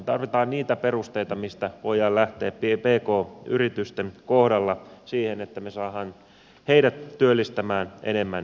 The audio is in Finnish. tarvitaan niitä perusteita mistä voidaan lähteä pk yritysten kohdalla siihen että me saamme heidät työllistämään enemmän ihmisiä